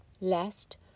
Lest